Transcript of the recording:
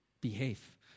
behave